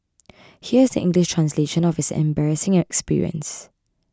here is the English translation of his embarrassing experience